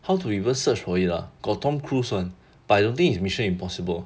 how to reverse search for it ah got tom cruise [one] but I don't think is mission impossible